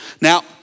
Now